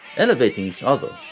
elevating each other,